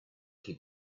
keep